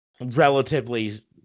relatively